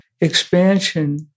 expansion